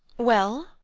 well?